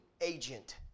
agent